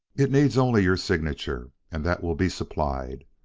it needs only your signature, and that will be supplied.